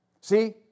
See